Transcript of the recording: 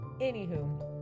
anywho